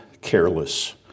careless